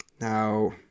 Now